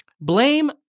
Blame